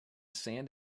sand